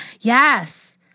Yes